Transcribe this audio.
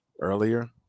Earlier